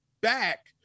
back